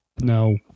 No